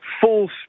full